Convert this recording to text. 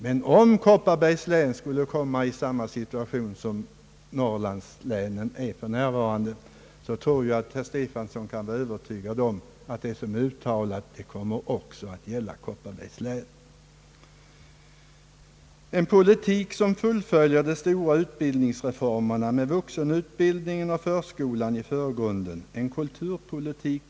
Men om Kopparbergs län skulle komma i samma situation som Norrlandslänen för närvarande befinner sig i, tror jag att herr Stefanson kan vara övertygad om att det som uttalats om Norrland också kommer att gälla Kopparbergs län. | En politik som fullföljer den stora utbildningsreformen med vuxenutbildningen och förskolan i förgrunden, en kulturpolitik.